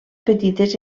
petites